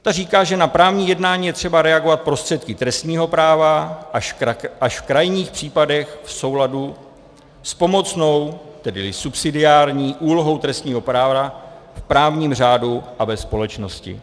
Ta říká, že na právní jednání je třeba reagovat prostředky trestního práva, až v krajních případech v souladu s pomocnou, tedy subsidiární úlohou trestního práva v právním řádu a ve společnosti.